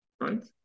right